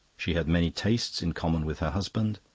she had many tastes in common with her husband,